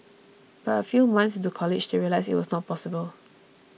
but a few months into college they realised it was not possible